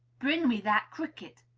bring me that cricket.